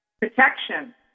protection